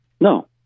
no